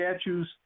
statues